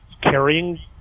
carrying